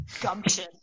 gumption